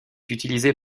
utilisé